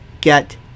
Get